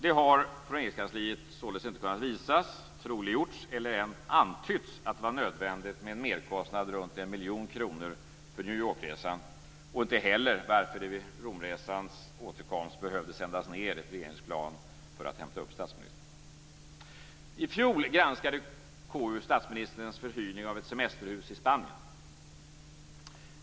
Det har från Regeringskansliet således inte kunnat visas, troliggjorts eller ens antytts att det var nödvändigt med en merkostnad runt 1 miljon kronor för New York-resan och inte heller varför det för hemresan från Rom behövde sändas ned ett regeringsplan för att hämta upp statsministern. I fjol granskade KU statsministerns förhyrning av ett semesterhus i Spanien.